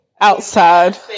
outside